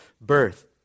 birth